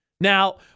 Now